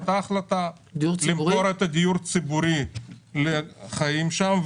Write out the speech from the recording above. הייתה החלטה למכור את הדיור הציבורי לחיים שם,